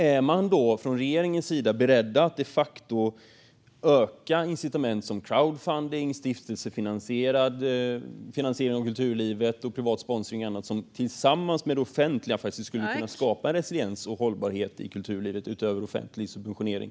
Är regeringen beredd att de facto öka incitament som crowdfunding, stiftelsefinansiering av kulturlivet, privat sponsring och annat som tillsammans med det offentliga skulle kunna skapa resiliens och hållbarhet i kulturlivet utöver offentlig subventionering?